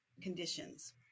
conditions